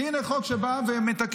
כי הינה חוק שבא ומתקן